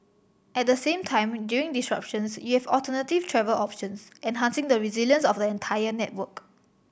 at the same time during disruptions you have alternative travel options enhancing the resilience of the entire network